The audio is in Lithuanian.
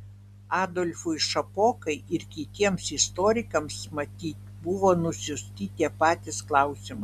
adolfui šapokai ir kitiems istorikams matyt buvo nusiųsti tie patys klausimai